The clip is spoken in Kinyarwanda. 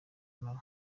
nawe